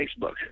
Facebook